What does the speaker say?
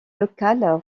local